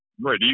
right